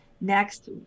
Next